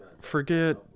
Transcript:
Forget